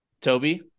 Toby